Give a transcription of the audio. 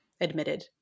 admitted